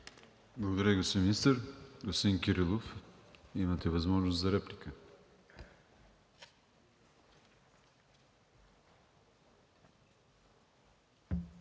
Благодаря Ви, господин Министър. Господин Кирилов, имате възможност за реплика.